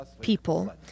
people